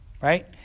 right